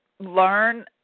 Learn